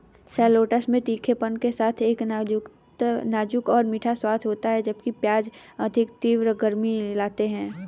shallots में तीखेपन के साथ एक नाजुक और मीठा स्वाद होता है, जबकि प्याज अधिक तीव्र गर्मी लाते हैं